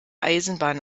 eisenbahn